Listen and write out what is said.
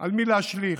על מי להשליך